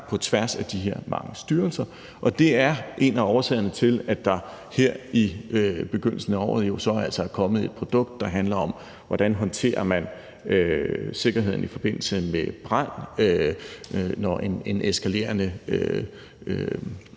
på tværs af de her mange styrelser. Og det er en af årsagerne til, at der her i begyndelsen af året jo så altså er kommet et produkt, der handler om, hvordan man håndterer sikkerheden i forbindelse med brand, når der sker en